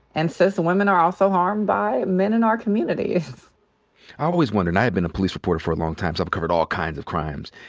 and cis women are also harmed by men in our communities. i always wonder, and i had been a police reporter for a long time, so i've covered all kinds of crimes.